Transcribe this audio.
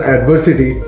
Adversity